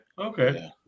Okay